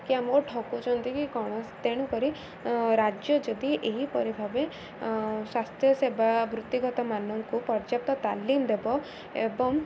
କି ଆମ ଠକୁଛନ୍ତି କି କ'ଣ ତେଣୁକରି ରାଜ୍ୟ ଯଦି ଏହିପରି ଭାବେ ସ୍ୱାସ୍ଥ୍ୟ ସେବା ବୃତ୍ତିଗତମାନଙ୍କୁ ପର୍ଯ୍ୟାପ୍ତ ତାଲିମ ଦେବ ଏବଂ